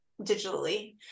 digitally